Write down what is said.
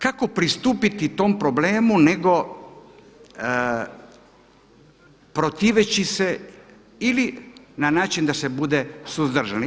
Kako pristupiti tom problemu nego protiveći se ili na način da se bude suzdržani.